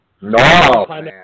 no